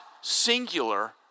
singular